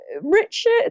Richard